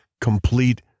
complete